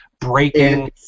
breaking